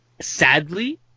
sadly